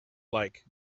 like